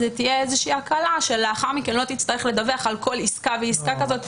תהיה איזושהי הקלה שלאחר מכן לא תצטרך לדווח על כל עסקה ועסקה כזאת.